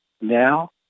now